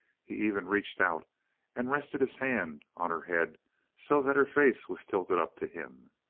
he even reached out and rested his hand on her head so that her face was tilted up to him.